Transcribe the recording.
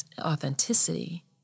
authenticity